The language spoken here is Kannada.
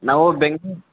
ನಾವು ಬೆಂಗ